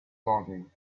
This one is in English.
longing